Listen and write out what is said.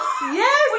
yes